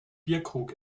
bierkrug